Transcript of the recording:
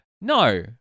No